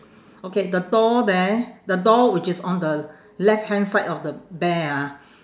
okay the door there the door which is on the left hand side of the bear ah